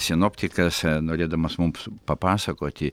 sinoptikas norėdamas mums papasakoti